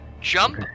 Jump